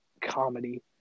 comedy